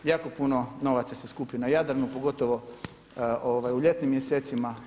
Jako puno novaca se skupi na Jadranu pogotovo u ljetnim mjesecima.